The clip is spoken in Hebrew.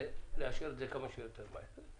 לאשר את זה כמה שיותר מהר.